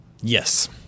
Yes